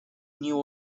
new